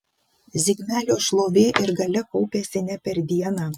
zigmelio šlovė ir galia kaupėsi ne per dieną